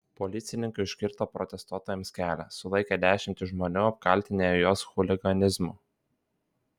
policininkai užkirto protestuotojams kelią sulaikė dešimtis žmonių apkaltinę juos chuliganizmu